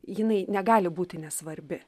jinai negali būti nesvarbi